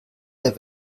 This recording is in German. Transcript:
der